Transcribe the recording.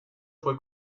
fue